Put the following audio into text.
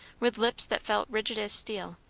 with lips that felt rigid as steel.